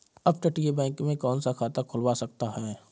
अपतटीय बैंक में कौन खाता खुलवा सकता है?